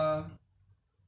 to go the nasi lemak